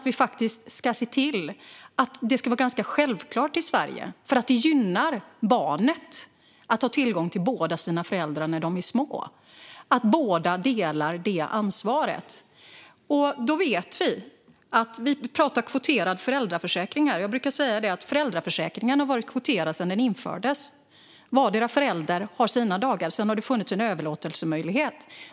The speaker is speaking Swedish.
Vi ska se till att det är ganska självklart i Sverige att barnen har tillgång till båda sina föräldrar när de är små, eftersom det gynnar barnet, och att båda delar det ansvaret. Vi pratar kvoterad föräldraförsäkring här. Jag brukar säga att föräldraförsäkringen har varit kvoterad sedan den infördes. Vardera föräldern har sina dagar; sedan har det funnits en överlåtelsemöjlighet.